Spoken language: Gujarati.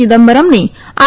ચિદમ્બરમની આઈ